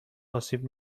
آسیب